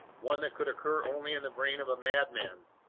one that could occur only in the brain of a madman?